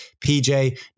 pj